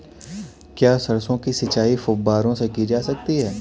क्या सरसों की सिंचाई फुब्बारों से की जा सकती है?